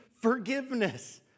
forgiveness